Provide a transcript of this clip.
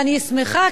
ואני שמחה,